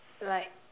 like